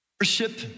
worship